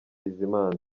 bizimana